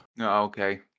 okay